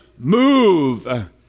Move